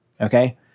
Okay